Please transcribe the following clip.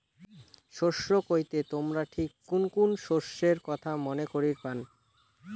শস্য কইতে তোমরা ঠিক কুন কুন শস্যের কথা মনে করির পান?